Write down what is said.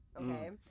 Okay